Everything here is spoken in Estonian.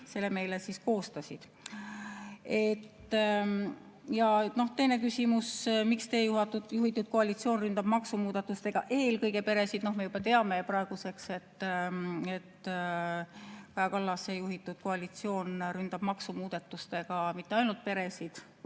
selle meile ka koostasid. Teine küsimus on: "Miks Teie juhitud koalitsioon ründab maksumuudatustega eelkõige peresid?" Me teame praeguseks, et Kaja Kallase juhitud koalitsioon ründab maksumuudatustega mitte ainult peresid,